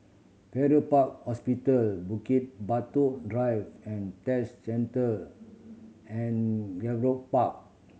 Farrer Park Hospital Bukit Batok Drive and Test Centre and Gallop Park